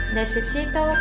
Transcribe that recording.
Necesito